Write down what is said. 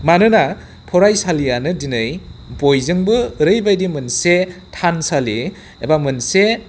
मानोना फरायसालियानो दिनै बयजोंबो ओरैबायदि मोनसे थानसालि एबा मोनसे